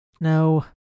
No